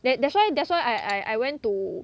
that that's why that's why I I went to